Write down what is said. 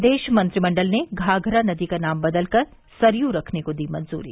प्रदेश मंत्रिमण्डल ने घाघरा नदी का नाम बदलकर सरयू रखने को दी मंजूरी